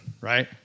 right